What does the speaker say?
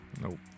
Nope